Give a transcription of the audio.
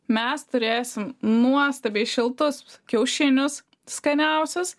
mes turėsim nuostabiai šiltus kiaušinius skaniausias